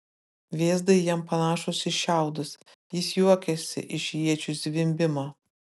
vėzdai jam panašūs į šiaudus jis juokiasi iš iečių zvimbimo